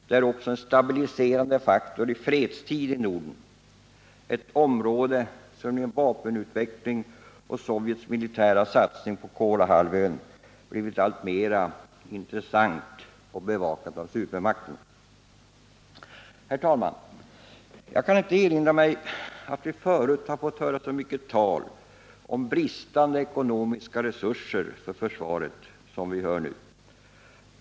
Det är också en stabiliserande faktor i fredstid i Norden — ett område som genom vapenutveckling och Sovjets militära satsning på Kolahalvön blivit alltmer intressant och bevakat av supermakterna. Herr talman! Jag kan inte erinra mig, att vi förut fått höra så mycket tal om bristande ekonomiska resurser för försvaret som vi hör nu.